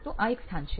તો આ એક સ્થાન છે